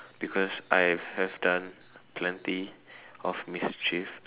because I have done plenty of mischief